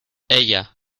ella